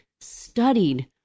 studied